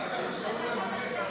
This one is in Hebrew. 1 6 נתקבלו.